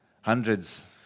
Hundreds